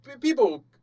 people